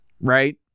right